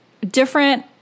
different